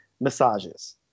massages